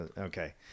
Okay